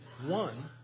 one